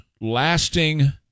lasting